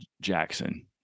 Jackson